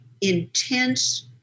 intense